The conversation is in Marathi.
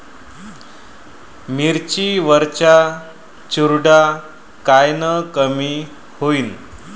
मिरची वरचा चुरडा कायनं कमी होईन?